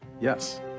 Yes